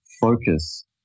focus